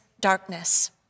darkness